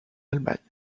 allemagne